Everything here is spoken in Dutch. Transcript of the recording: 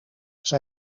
zij